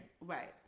Right